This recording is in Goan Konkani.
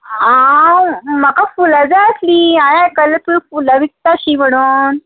हांव म्हाका फुलां जाय आसलीं हांयें आयकला तूं फुलां विकता शी म्हणून